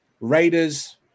Raiders